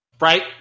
Right